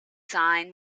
sign